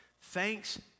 Thanks